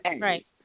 Right